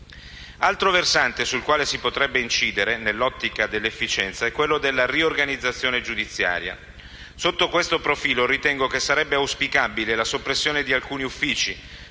altro versante sul quale si potrebbe incidere, nell'ottica dell'efficienza, è quello della riorganizzazione giudiziaria. Sotto questo profilo ritengo che sarebbe auspicabile la soppressione di alcuni uffici: